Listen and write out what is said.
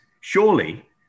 Surely